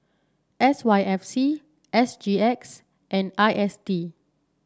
S Y F C S G X and I S D